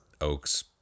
Oaks